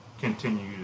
continue